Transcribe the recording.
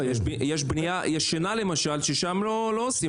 יש בניין ששם לא עושים.